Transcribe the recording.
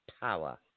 power